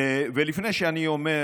לפני שאני אומר,